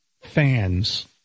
fans